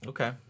Okay